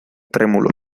trémulos